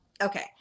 Okay